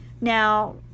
Now